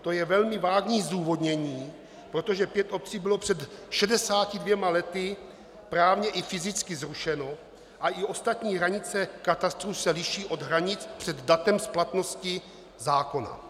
To je velmi vágní zdůvodnění, protože pět obcí bylo před 62 lety právně i fyzicky zrušeno a i ostatní hranice katastru se liší od hranic před datem splatnosti zákona.